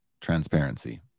transparency